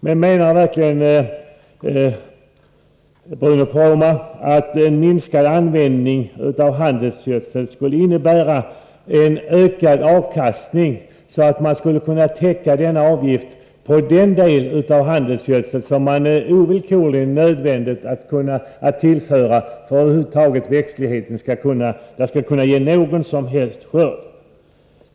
Menar Bruno Poromaa verkligen att en minskad användning av handelsgödsel skulle innebära en ökad avkastning, så att man skulle få kostnadstäckning för avgiften på den handelsgödsel som ovillkorligen måste tillföras växtligheten för att man skall kunna få någon som helst skörd?